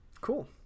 Cool